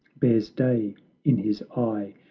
bears day in his eye,